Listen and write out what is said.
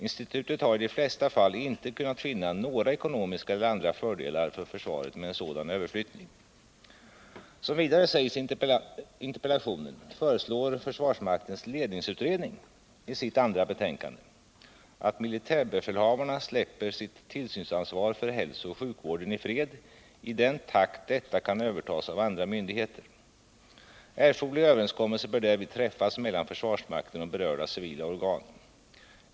Institutet har i de flesta fall inte kunnat finna några ekonomiska eller andra fördelar för försvaret med en sådan överflyttning. Som vidare sägs i interpellationen föreslår försvarsmaktens ledningsutredningisitt andra betänkande att militärbefälhavarna släpper sitt tillsynsansvar för hälsooch sjukvården i fred i den takt detta kan övertas av andra myndigheter. Erforderliga överenskommelser bör härvid träffas mellan försvarsmakten och berörda civila organ.